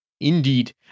Indeed